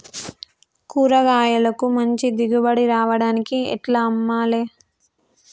కూరగాయలకు మంచి దిగుబడి రావడానికి ఎట్ల అమ్మాలే?